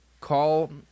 call